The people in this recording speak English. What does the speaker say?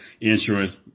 insurance